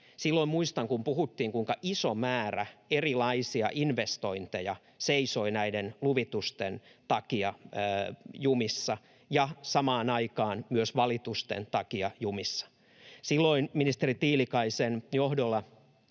silloin puhuttiin, kuinka iso määrä erilaisia investointeja seisoi näiden luvitusten takia jumissa ja samaan aikaan myös valitusten takia jumissa. Silloin ministeri Tiilikaisen johdolla